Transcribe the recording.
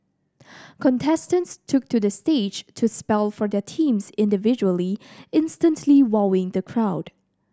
contestants took to the stage to spell for their teams individually instantly wowing the crowd